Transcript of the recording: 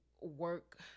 work